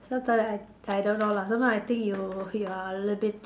sometime I I don't know lah sometime I think you you are a little abit